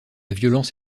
violence